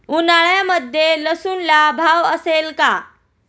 उन्हाळ्यामध्ये लसूणला भाव असेल का?